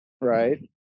right